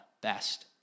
best